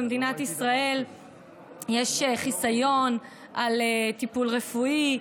במדינת ישראל יש חיסיון על טיפול רפואי,